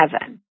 heaven